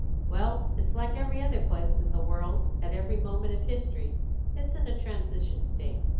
well, it's like every other place in the world, at every moment of history it's in a transition state.